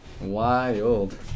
Wild